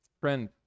Friend